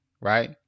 right